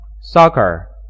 soccer